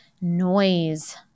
noise